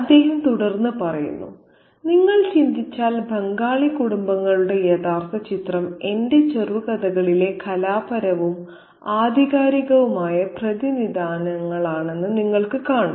അദ്ദേഹം തുടർന്നു പറയുന്നു നിങ്ങൾ ചിന്തിച്ചാൽ ബംഗാളി കുടുംബങ്ങളുടെ യഥാർത്ഥ ചിത്രം എന്റെ ചെറുകഥകളിലെ കലാപരവും ആധികാരികവുമായ പ്രതിനിധാനങ്ങളാണെന്ന് നിങ്ങൾ കാണും